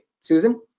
Susan